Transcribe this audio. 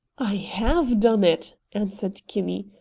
i have done it! answered kinney.